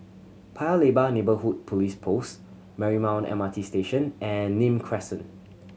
Paya Lebar Neighbourhood Police Post Marymount M R T Station and Nim Crescent